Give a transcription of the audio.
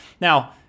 Now